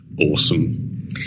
Awesome